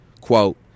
quote